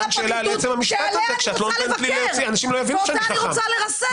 לפרקליטות שעליה אני רוצה לבקר -- טלי,